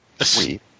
Sweet